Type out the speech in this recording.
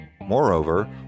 Moreover